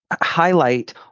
highlight